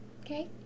Okay